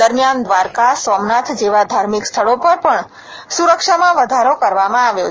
દરમ્યાન દ્વારકા સોમનાથ જેવા ધાર્મિક સ્થળો પર પણ સુરક્ષામાં વધારો કરવામાં આવ્યો છે